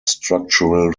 structural